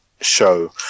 show